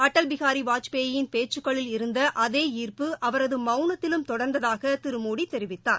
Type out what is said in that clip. அடல் பிஹாரி வாத்பேயின் பேச்சுக்களில் இருந்த அதே ார்ப்பு அவரது மௌனத்திலும் தொடர்ந்ததாக திரு மோடி தெரிவித்தார்